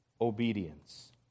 obedience